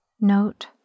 note